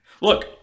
Look